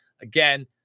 Again